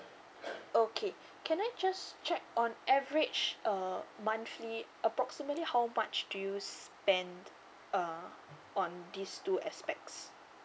okay can I just check on average uh monthly approximately how much do you spend uh on these two aspects